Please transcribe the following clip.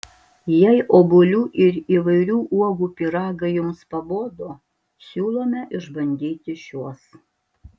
jei obuolių ir įvairių uogų pyragai jums pabodo siūlome išbandyti šiuos